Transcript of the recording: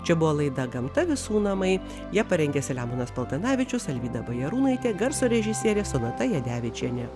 čia buvo laida gamta visų namai ją parengė selemonas paltanavičius alvyda bajarūnaitė garso režisierė sonata jadevičienė